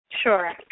Sure